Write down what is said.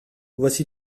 voici